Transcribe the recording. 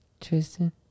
Tristan